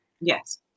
Yes